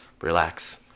relax